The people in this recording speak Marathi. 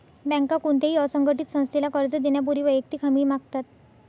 बँका कोणत्याही असंघटित संस्थेला कर्ज देण्यापूर्वी वैयक्तिक हमी मागतात